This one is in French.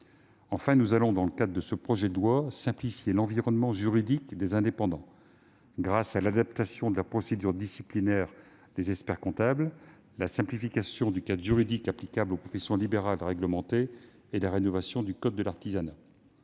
Enfin, nous allons, dans le cadre de ce projet de loi, simplifier l'environnement juridique des indépendants grâce à l'adaptation de la procédure disciplinaire des experts-comptables, à la simplification du cadre juridique applicable aux professions libérales réglementées et à la rénovation du code de l'artisanat.